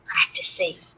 practicing